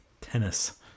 tennis